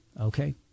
okay